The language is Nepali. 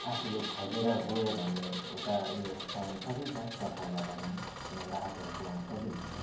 आफूले खोजेर गयो भने एउटा उयोहरू पाउनु सकिन्छ सरकारबाट पनि कुनै राहतहरू पाउन सकिन्छ